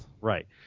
Right